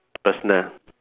personal